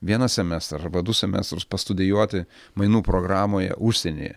vieną semestrą arba du semestrus pastudijuoti mainų programoje užsieny